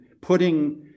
putting